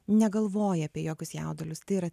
negalvoji apie jokius jaudulius tai yra